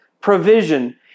provision